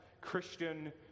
Christian